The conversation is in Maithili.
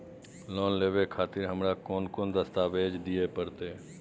लोन लेवे खातिर हमरा कोन कौन दस्तावेज दिय परतै?